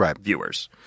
viewers